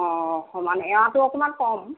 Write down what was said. অঁ সমানে এৱাঁটো অকণমান কম